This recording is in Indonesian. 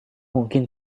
mungkin